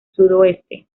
sudoeste